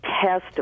test